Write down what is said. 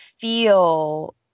feel